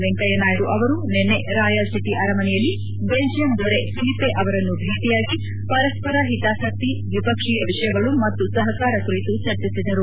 ವೆಂಕಯ್ಲನಾಯ್ನು ಅವರು ನಿನ್ನೆ ರಾಯಲ್ಸಿಟಿ ಅರಮನೆಯಲ್ಲಿ ಬೆಲ್ಲಿಯಂ ದೊರೆ ಫಿಲಿಪೆ ಅವರನ್ನು ಭೇಟಿಯಾಗಿ ಪರಸ್ಪರ ಹಿತಾಸಕ್ತಿ ದ್ವಿಪಕ್ಷೀಯ ವಿಷಯಗಳು ಮತ್ತು ಸಹಕಾರ ಕುರಿತು ಚರ್ಚಿಸಿದರು